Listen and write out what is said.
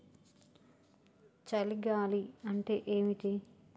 చలి గాలి అంటే ఏమిటి?